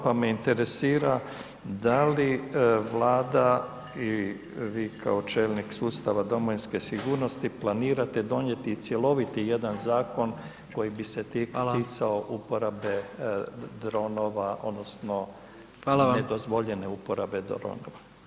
Pa me interesira da li Vlada i vi kao čelnik sustava domovinske sigurnosti planirate donijeti i cjeloviti jedan zakon koji bi se ticao uporabe dronova odnosno nedozvoljene uporabe dronova?